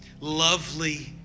lovely